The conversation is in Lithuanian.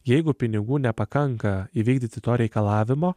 jeigu pinigų nepakanka įvykdyti to reikalavimo